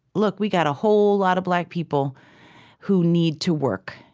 look, we've got a whole lot of black people who need to work,